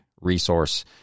resource